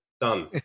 done